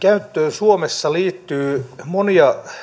suomessa liittyy monia